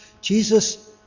Jesus